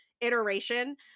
iteration